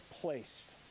placed